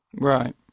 right